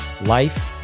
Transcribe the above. life